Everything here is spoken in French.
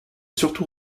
surtout